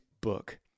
book